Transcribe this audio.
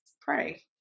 pray